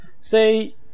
say